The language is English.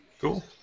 Cool